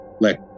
let